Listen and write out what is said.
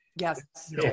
Yes